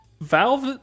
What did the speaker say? Valve